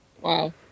Wow